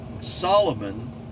Solomon